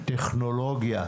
טכנולוגיה,